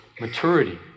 maturity